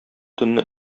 төнне